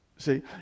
See